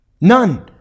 none